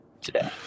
today